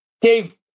Dave